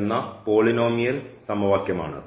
എന്ന പോളിനോമിയൽ സമവാക്യമാണത്